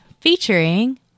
featuring